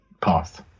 path